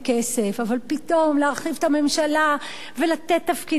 אבל פתאום, להרחיב את הממשלה ולתת תפקידים חדשים,